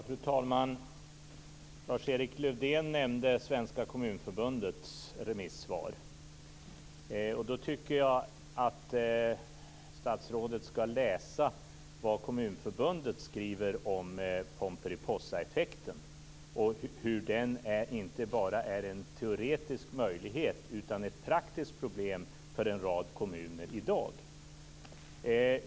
Fru talman! Lars-Erik Lövdén nämnde Svenska kommunförbundets remissvar. Då tycker jag att statsrådet skall läsa vad Kommunförbundet skriver om Pomperipossaeffekten och hur den inte bara är en teoretisk möjlighet utan ett praktiskt problem för en rad kommuner i dag.